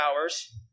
hours